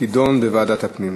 תידון בוועדת הפנים.